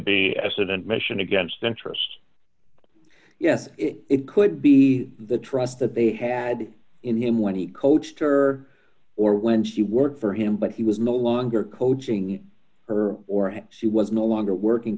be a student mission against interest yes it could be the trust that they had in him when he coached her or when she worked for him but he was no longer coaching her or she was no longer working